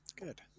good